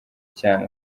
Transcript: cyane